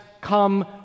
come